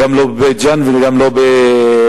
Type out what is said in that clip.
לא בבית-ג'ן וגם לא בכפר-קרע.